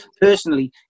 personally